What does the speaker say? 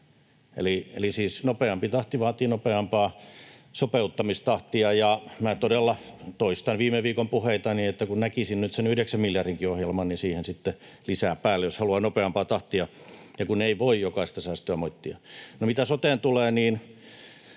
siis nopeampi tahti vaatii nopeampaa sopeuttamistahtia. Minä todella toistan viime viikon puheitani, että kun näkisin nyt sen yhdeksän miljardinkin ohjelman, niin siihen sitten lisää päälle, jos haluaa nopeampaa tahtia. Ja ei voi jokaista säästöä moittia. No mitä soteen tulee, niin